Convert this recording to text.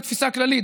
זו תפיסה כללית,